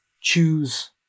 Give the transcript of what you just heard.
choose